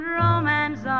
romance